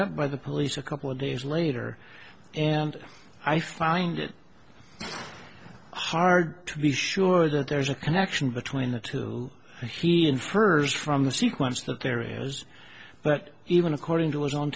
up by the police a couple days later and i find it hard to be sure that there's a connection between the two and he infers from the sequence that there is but even according to his own